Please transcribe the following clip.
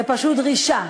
זה פשוט דרישה.